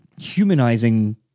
humanizing